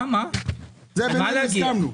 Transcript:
על זה ממילא הסכמנו.